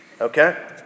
Okay